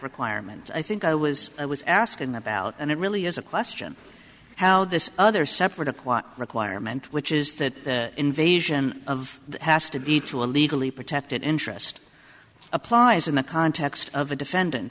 requirement i think i was i was asking about and it really is a question of how this other separate a clot requirement which is that invasion of has to be to a legally protected interest applies in the context of the defendant